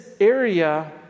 area